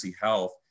Health